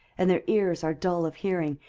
and their ears are dull of hearing,